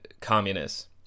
communists